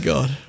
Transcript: God